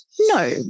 No